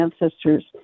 ancestors